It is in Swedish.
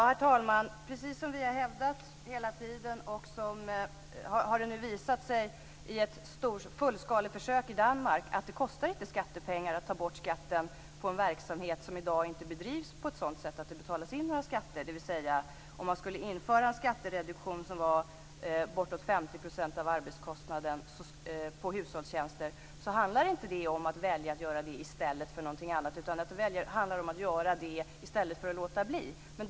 Herr talman! Precis som vi har hävdat hela tiden, har det visat sig i ett fullskaleförsök i Danmark att det kostar inte skattepengar att ta bort skatten på en verksamhet som i dag inte bedrivs på ett sådant sätt att det betalas in några skatter. Ett införande av en skattereduktion på 50 % av arbetskostnaden på hushållstjänster innebär inte att göra det i stället för någonting annat. Det handlar om att göra så i stället för att låta bli.